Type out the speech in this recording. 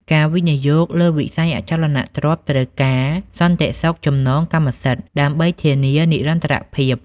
ការវិនិយោគលើវិស័យអចលនទ្រព្យត្រូវការ "សន្តិសុខចំណងកម្មសិទ្ធិ" ដើម្បីធានានិរន្តរភាព។